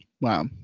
Wow